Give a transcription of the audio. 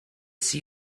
see